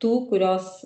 tų kurios